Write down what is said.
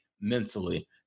mentally